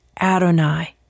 Adonai